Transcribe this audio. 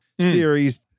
Series